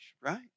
right